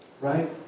Right